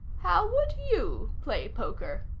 how would you play poker?